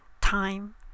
time